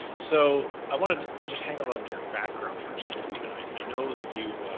so i wanted to just hang out on your background for just a little bit. i i know that you, ah,